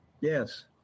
Yes